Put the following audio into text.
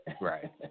Right